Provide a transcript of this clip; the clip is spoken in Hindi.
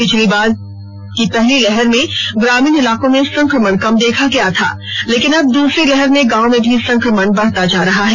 पिछली बार की पहली लहर में ग्रामीण इलाकों में संक्रमण कम देखा गया था लेकिन अब दूसरी लहर में गांव में भी संक्रमण बढ़ता जा रहा है